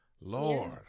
Lord